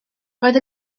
roedd